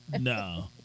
No